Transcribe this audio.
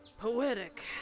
Poetic